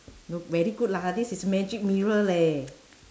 no very good lah this is magic mirror leh